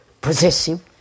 possessive